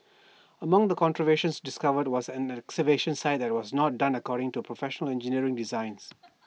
among the contraventions discovered was an excavation site that was not done according to Professional Engineer's design